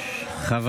חבר